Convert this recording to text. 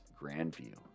Grandview